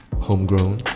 homegrown